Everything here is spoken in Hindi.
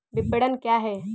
विपणन क्या है?